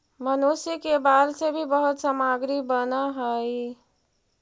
मनुष्य के बाल से भी बहुत सामग्री बनऽ हई